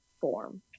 form